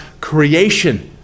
creation